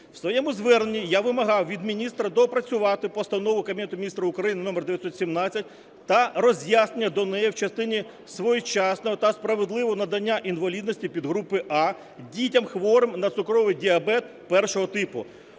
У своєму зверненні я вимагав від міністра доопрацювати Постанову Кабінету Міністрів України № 917 та роз'яснення до неї в частині своєчасного та справедливого надання інвалідності підгрупи А дітям, хворим на цукровий діабет І типу.